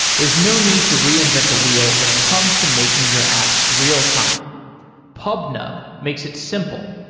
there is no need to reinvent the wheel when it comes to making your app real-time pubnub makes it simple,